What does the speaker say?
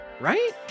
Right